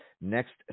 next